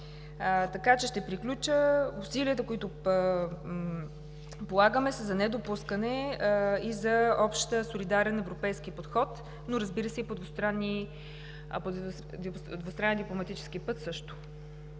Ще приключа, усилията, които полагаме, са за недопускане и за общ солидарен европейски подход, но, разбира се, и по двустранен дипломатически път също.